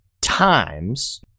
times